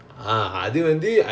ah okay